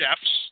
chefs